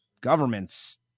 government's